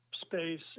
space